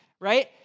Right